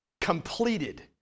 completed